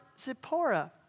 Zipporah